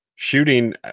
Shooting